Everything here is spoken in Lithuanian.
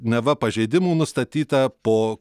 neva pažeidimų nustatyta po